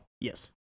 Yes